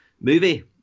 movie